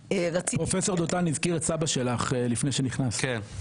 פרופסור דותן הזכיר את סבא שלך לפני שנכנסת,